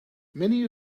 many